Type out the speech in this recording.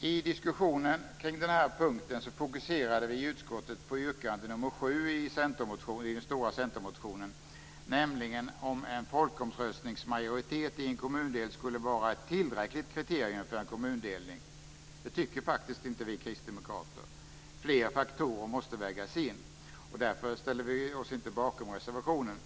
I diskussionen kring den här punkten fokuserade vi inom utskottet på yrkande nr 7 i centermotionen, ifall en folkomröstningsmajoritet i en kommundel skulle vara ett tillräckligt kriterium för en kommundelning. Det tycker faktiskt inte vi kristdemokrater. Fler faktorer måste vägas in. Därför ställde vi oss inte bakom reservationen.